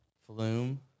Flume